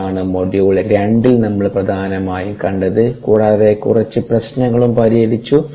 അതാണ് മൊഡ്യൂൾ രണ്ടിൽ നമ്മൾ പ്രധാനമായും കണ്ടത് കൂടാതെ കുറച്ച് പ്രശ്നങ്ങളും പരിഹരിച്ചു